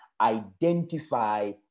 identify